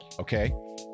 Okay